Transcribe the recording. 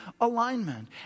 alignment